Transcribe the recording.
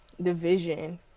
division